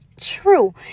true